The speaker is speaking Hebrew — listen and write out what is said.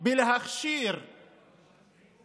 על להכשיר חוות בודדים, באותה